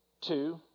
two